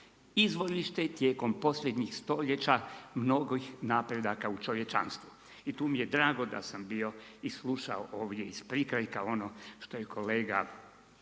izvorište tijekom posljednjih stoljeća mnogih napredaka u čovječanstvu. I tu mi je drago da sam bio i slušao ovdje iz prikrajka ono što je kolega